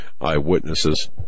eyewitnesses